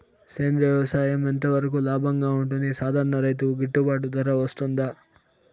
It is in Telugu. సేంద్రియ వ్యవసాయం ఎంత వరకు లాభంగా ఉంటుంది, సాధారణ రైతుకు గిట్టుబాటు ధర వస్తుందా?